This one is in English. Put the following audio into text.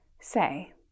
say